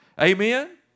Amen